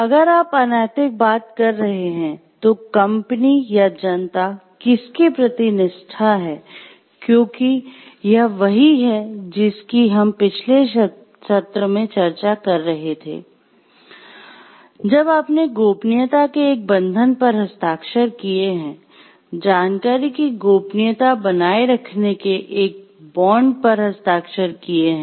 अगर आप अनैतिक बात कर रहे हैं तो कंपनी या जनता किसके प्रति निष्ठा है क्योंकि यह वही है जिसकी हम पिछले सत्र में चर्चा कर रहे थे कि जब आपने गोपनीयता के एक बंधन पर हस्ताक्षर किए हैं जानकारी की गोपनीयता बनाए रखने के एक बांड पर हस्ताक्षर किए हैं